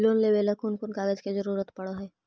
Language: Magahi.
लोन लेबे ल कैन कौन कागज के जरुरत पड़ है?